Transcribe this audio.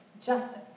Justice